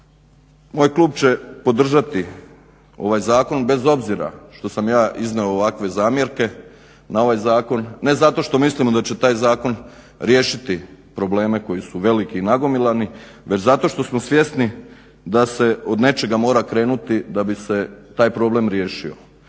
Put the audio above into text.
Moj klub će podržati ovaj zakon bez obzira što sam ja iznio ovakve zamjerke na ovaj zakon, ne zato što mislimo da će taj zakon riješiti probleme koji su veliki i nagomilani već zato što smo svjesni da se od nečega mora krenuti da bi se taj problem riješio.